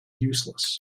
useless